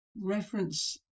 reference